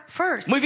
first